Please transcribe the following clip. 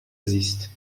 زیست